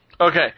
Okay